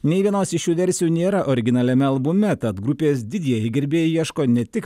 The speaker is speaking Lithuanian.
nei vienos iš šių versijų nėra originaliame albume tad grupės didieji gerbėjai ieško ne tik